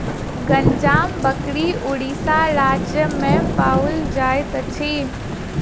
गंजाम बकरी उड़ीसा राज्य में पाओल जाइत अछि